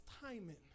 timing